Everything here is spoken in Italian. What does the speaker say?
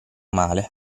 male